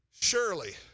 Surely